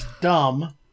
dumb